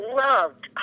loved